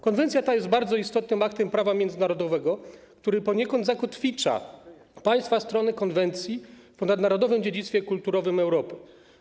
Konwencja ta jest bardzo istotnym aktem prawa międzynarodowego, który poniekąd zakotwicza państwa strony konwencji w ponadnarodowym dziedzictwie kulturowym Europy.